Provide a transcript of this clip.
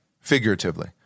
Figuratively